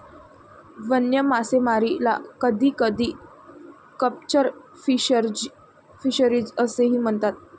वन्य मासेमारीला कधीकधी कॅप्चर फिशरीज असेही म्हणतात